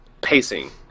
Pacing